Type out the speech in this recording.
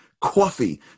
coffee